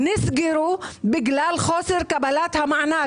נסגרו בגלל חוסר קבלת המענק.